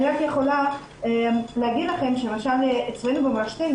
אני רק יכולה להגיד לכם שלמשל אצלנו במורשתינו